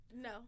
No